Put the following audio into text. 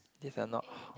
these are not